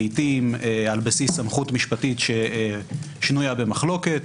לעיתים על בסיס סמכות משפטית ששנויה במחלוקת,